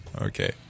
Okay